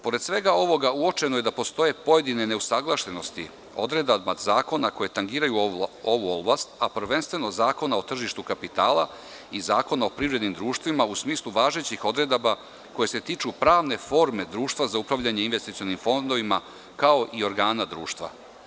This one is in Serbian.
Pored svega ovoga, uočeno je da postoje pojedine neusaglašenosti odredaba zakona koje tangiraju ovu oblast, a prvenstveno Zakona o tržištu kapitala i Zakona o privrednim društvima, u smislu važećih odredaba koje se tiču pravne forme društva za upravljanje investicionim fondovima, kao i organa društva.